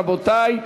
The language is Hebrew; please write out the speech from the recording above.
רבותי.